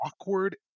awkward